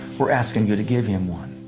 we're asking you to give him one.